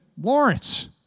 Lawrence